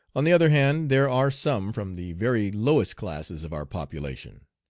on the other hand, there are some from the very lowest classes of our population.